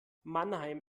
mannheim